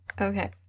okay